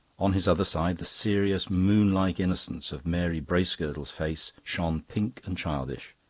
on his other side the serious, moonlike innocence of mary bracegirdle's face shone pink and childish.